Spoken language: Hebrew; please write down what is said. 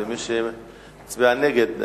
ומי שמצביע נגד,